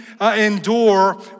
endure